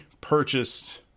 purchased